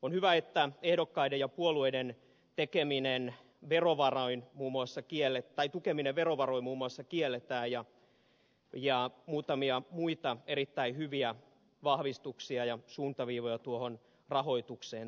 on hyvä että ehdokkaiden ja puolueiden tekeminen verovaroin kuumassa kieli tai tukeminen verovaroin muun muassa kielletään ja muutamia muita erittäin hyviä vahvistuksia ja suuntaviivoja tuohon rahoitukseen tuodaan